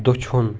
دٔچھُن